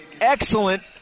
Excellent